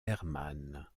hermann